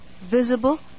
visible